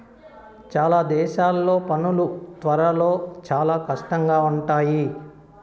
చాలా దేశాల్లో పనులు త్వరలో చాలా కష్టంగా ఉంటాయి